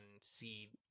see